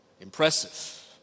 Impressive